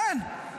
כן, כן.